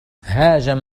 هاجم